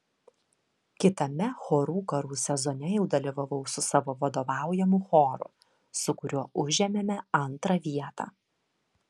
kitame chorų karų sezone jau dalyvavau su savo vadovaujamu choru su kuriuo užėmėme antrą vietą